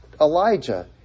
Elijah